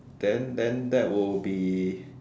then then that will be